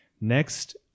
Next